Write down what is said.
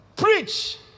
preach